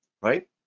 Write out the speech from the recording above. Right